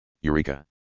Eureka